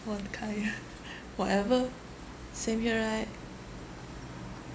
one kind whatever same here right